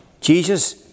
Jesus